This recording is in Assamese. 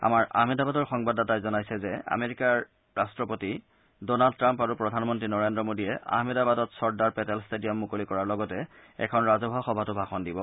আমাৰ আহমেদাবাদৰ সংবাদাদাতাই জনাইছে যে আমেৰিকাৰ ৰাট্টপতি ড' নাল্ড ট্ৰাম্প আৰু প্ৰধানমন্ত্ৰী নৰেন্দ্ৰ মোদীয়ে আহমেদাবাদত চৰ্দাৰ পেটেল ষ্টেডিয়াম মুকলি কৰাৰ লগতে এখন ৰাজহুৱা সভাতো ভাষণ দিব